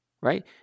right